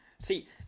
See